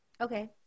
Okay